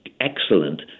excellent